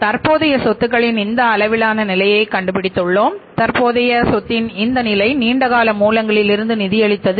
தற்போதைய சொத்துகளின் இந்த அளவிலான நிலையை கண்டுபிடித்துள்ளோம் தற்போதைய சொத்தின் இந்த நிலை நீண்ட கால மூலங்களிலிருந்து நிதியளித்தது